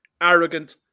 arrogant